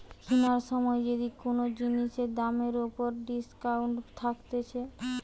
কিনার সময় যদি কুনো জিনিসের দামের উপর ডিসকাউন্ট থাকছে